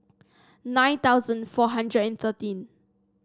nine thousand four hundred and thirteen